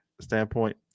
standpoint